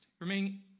remaining